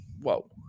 whoa